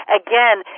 again